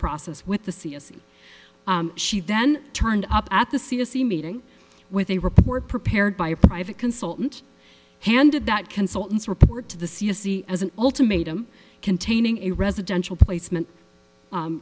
process with the c s e she then turned up at the c d c meeting with a report prepared by a private consultant handed that consultants report to the c s c as an ultimatum containing a residential placement